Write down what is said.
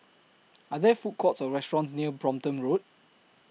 Are There Food Courts Or restaurants near Brompton Road